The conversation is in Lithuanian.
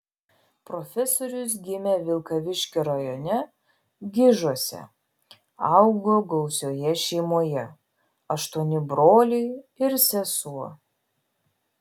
profesorius gimė vilkaviškio rajone gižuose augo gausioje šeimoje aštuoni broliai ir sesuo